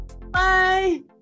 bye